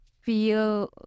feel